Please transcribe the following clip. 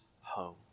home